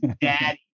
daddy